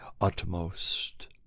utmost